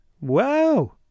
Wow